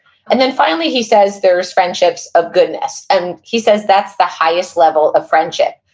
and then finally, he says there's friendships of goodness. and he says that's the highest level of friendship.